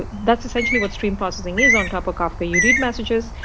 that's essentially what stream processing is on top of kafka you read messages,